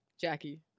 Jackie